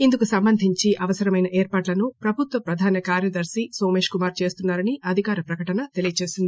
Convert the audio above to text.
ఇందుకు సంబంధించి అవసరమైన ఏర్పాట్లను ప్రభుత్వ ప్రధాన కార్యదర్ని నోమేష్ కుమార్ చేస్తున్నా రని అధికార ప్రకటన తెలియచేసింది